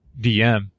DM